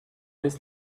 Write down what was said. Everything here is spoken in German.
bis